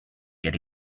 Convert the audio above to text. get